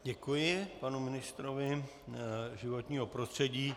Děkuji panu ministrovi životního prostředí.